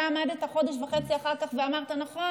אתה עמדת חודש וחצי אחר כך ואמרת: נכון,